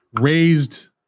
raised